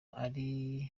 ari